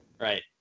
Right